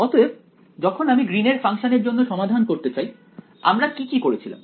অতএব যখন আমি গ্রীন এর ফাংশন এর জন্য সমাধান করতে চাই আমরা কি কি করেছিলাম